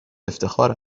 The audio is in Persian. افتخار